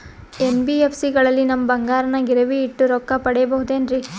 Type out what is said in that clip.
NBFC ಗಳಲ್ಲಿ ನಮ್ಮ ಬಂಗಾರನ ಗಿರಿವಿ ಇಟ್ಟು ರೊಕ್ಕ ಪಡೆಯಬಹುದೇನ್ರಿ?